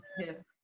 yes